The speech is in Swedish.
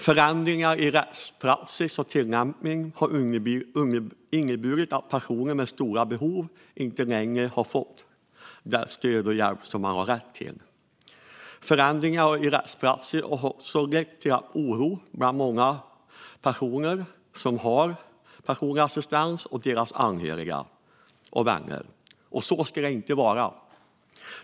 Förändringar i rättspraxis och tillämpning har inneburit att personer med stora behov inte längre har fått det stöd och den hjälp som de har rätt till. Förändringarna i rättspraxis har också lett till oro bland många personer med personlig assistans och deras anhöriga och vänner. Så ska det inte vara.